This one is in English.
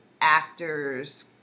actors